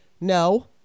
No